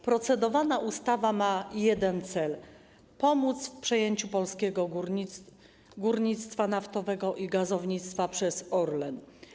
Procedowana ustawa ma jeden cel: ma pomóc w przejęciu polskiego górnictwa naftowego i gazownictwa przez Orlen.